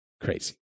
crazy